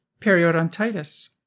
periodontitis